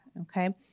Okay